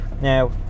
Now